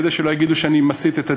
כדי שלא יגידו שאני מסיט את הדיון.